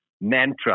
mantra